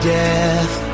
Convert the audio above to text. death